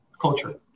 culture